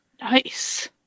Nice